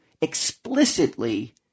explicitly